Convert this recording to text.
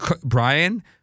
Brian